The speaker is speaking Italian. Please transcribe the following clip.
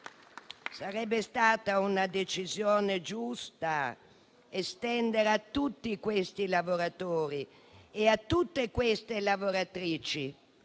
Sarebbe stata una decisione giusta estendere a tutti questi lavoratori e a tutte queste lavoratrici